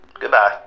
Goodbye